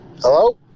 Hello